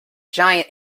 giant